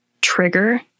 trigger